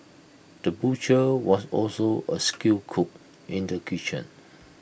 the butcher was also A skilled cook in the kitchen